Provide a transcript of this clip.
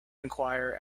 enquire